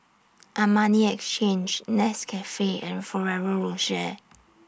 Armani Exchange Nescafe and Ferrero Rocher